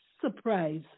surprise